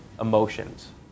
emotions